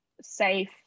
safe